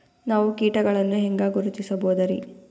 ನಾವು ಕೀಟಗಳನ್ನು ಹೆಂಗ ಗುರುತಿಸಬೋದರಿ?